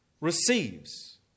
receives